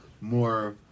more